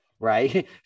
Right